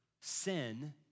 sin